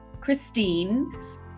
christine